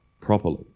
properly